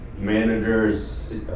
managers